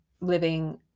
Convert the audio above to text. living